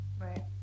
Right